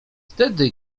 wtedy